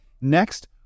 Next